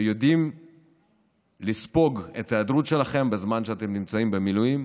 שיודעים לספוג את ההיעדרות שלכם בזמן שאתם נמצאים במילואים,